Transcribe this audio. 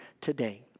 today